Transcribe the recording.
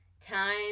time